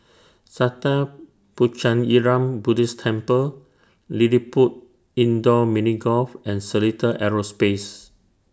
Sattha Puchaniyaram Buddhist Temple LilliPutt Indoor Mini Golf and Seletar Aerospace